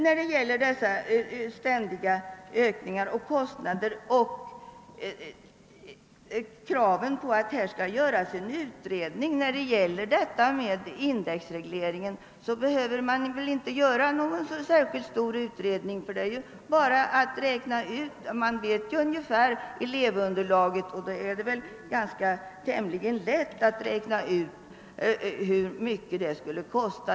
Vad sedan gäller dessa ständiga ökningar och krav på utredning angående indexreglering av studiehjälpen så behöver det inte göras någon omfattande utredning. Man vet ju hur stort elevunderlaget är, och då är det tämligen lätt att räkna ut hur mycket det skulle kosta.